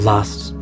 last